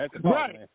Right